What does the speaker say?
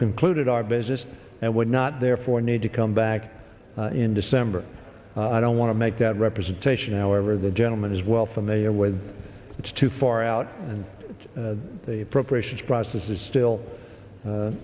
concluded our business and would not therefore need to come back in december i don't want to make that representation however the gentleman is well familiar with it's too far out and the appropriations process is still